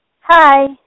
Hi